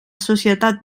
societat